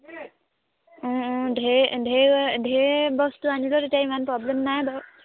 ঢেৰ ঢেৰ ঢেৰ বস্তু আনিলেও তেতিয়া ইমান প্ৰব্লেম নাই বাৰু